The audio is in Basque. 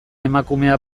emakumea